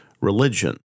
religion